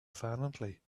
violently